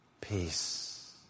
peace